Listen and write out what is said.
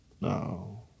No